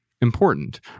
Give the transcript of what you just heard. important